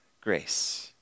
grace